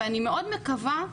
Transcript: ואני מאוד מקווה,